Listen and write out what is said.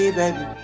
baby